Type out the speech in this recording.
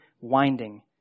winding